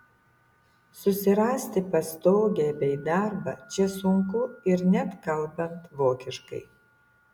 susirasti pastogę bei darbą čia sunku net ir kalbant vokiškai